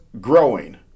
growing